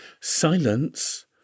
Silence